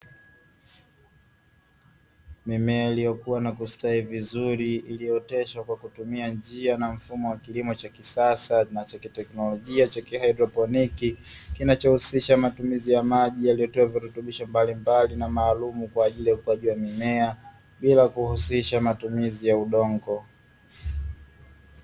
Mimea iliyokuwa na kustawi vizuri iliyooteshwa kwa kutumia njia na mfumo wa kilimo cha kisasa na cha kiteknolojia cha kihaidroponi, kinachohusisha matumizi ya maji yaliyotiwa virutubisho mbalimbali na maalumu kwa ajili ya ukuaji wa mimea bila kuhusisha matumizi ya udongo.